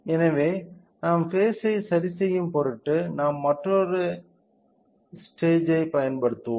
எனவே நாம் பேஸ் ஐ சரிசெய்யும் பொருட்டு நாம் மற்றொரு ஐ ஸ்டேஜ் ஐ பயன்படுத்துவோம்